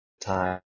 time